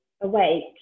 awake